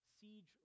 siege